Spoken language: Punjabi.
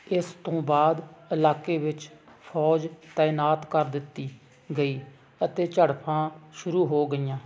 ਇਸ ਤੋਂ ਬਾਅਦ ਇਲਾਕੇ ਵਿੱਚ ਫੌਜ ਤਾਇਨਾਤ ਕਰ ਦਿੱਤੀ ਗਈ ਅਤੇ ਝੜਪਾਂ ਸ਼ੁਰੂ ਹੋ ਗਈਆਂ